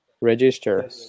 register